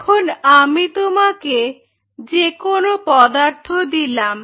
এখন আমি তোমাকে যে কোনো পদার্থ দিলাম